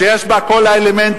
שיש בה כל האלמנטים,